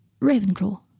Ravenclaw